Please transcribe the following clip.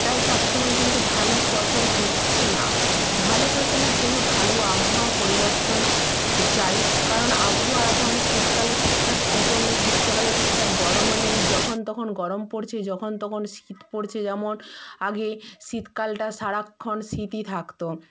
তাই সব সময় কিন্তু ভালো ফসল হচ্ছে না ভালো ফসলের জন্য ভালো আবহাওয়া পরিবর্তন চাই কারণ আবহাওয়া এখন শীতকালে ঠিকঠাক শীতও নেই গীষ্মকালে ঠিকঠাক গরমও নেই যখন তখন গরম পড়ছে যখন তখন শীত পড়ছে যেমন আগে শীতকালটা সারাক্ষণ শীতই থাকতো